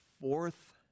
fourth